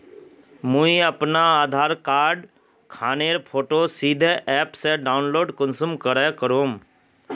मुई अपना आधार कार्ड खानेर फोटो सीधे ऐप से डाउनलोड कुंसम करे करूम?